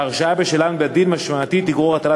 שהרשעה בשלהן בדין משמעתי תגרור הטלת